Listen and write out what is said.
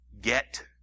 get